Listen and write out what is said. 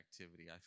activity